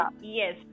yes